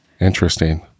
Interesting